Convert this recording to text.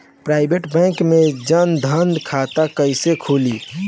Private bank मे जन धन खाता कैसे खुली?